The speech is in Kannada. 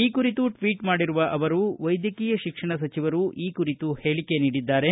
ಈ ಕುರಿತು ಟ್ವೀಟ್ ಮಾಡಿರುವ ಅವರು ವೈದ್ಯಕೀಯ ಶಿಕ್ಷಣ ಸಚಿವರು ಈ ಕುರಿತು ಹೇಳಿಕೆ ನೀಡಿದ್ದಾರೆ